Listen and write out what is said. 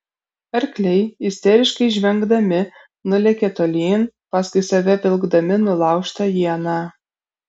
arkliai isteriškai žvengdami nulėkė tolyn paskui save vilkdami nulaužtą ieną